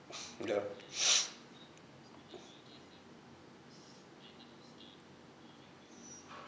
ya